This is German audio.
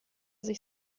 sich